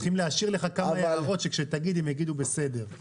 צריכים להשאיר לך כמה הערות שכשתגיד אותן הם יגידו "בסדר".